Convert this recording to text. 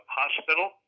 hospital